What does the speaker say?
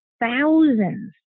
thousands